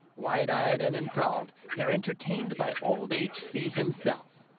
wide-eyed and enthralled, they're entertained by old h c. himself.